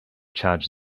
charge